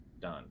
done